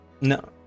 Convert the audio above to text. no